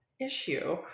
issue